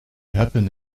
happen